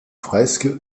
fresques